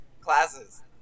classes